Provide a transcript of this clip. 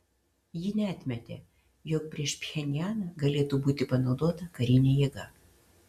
ji neatmetė jog prieš pchenjaną galėtų būti panaudota karinė jėga